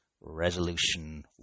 Resolution